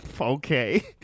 Okay